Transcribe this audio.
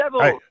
hey